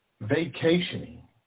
vacationing